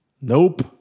Nope